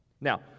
Now